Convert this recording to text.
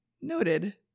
noted